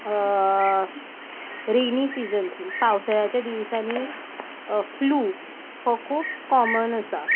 रेनी seasons पावसाळ्याच्या दिवसांनी flu हो खूब कॉमन आसा